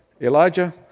Elijah